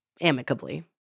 amicably